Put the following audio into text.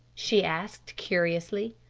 she asked curiously.